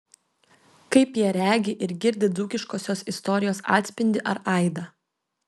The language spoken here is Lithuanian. kaip jie regi ir girdi dzūkiškosios istorijos atspindį ar aidą